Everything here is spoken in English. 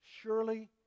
Surely